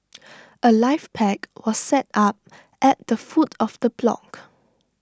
A life pack was set up at the foot of the block